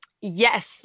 Yes